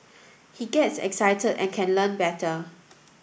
he gets excited and can learn better